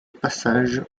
passage